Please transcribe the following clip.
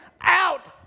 out